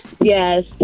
Yes